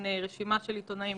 4 נמנעים,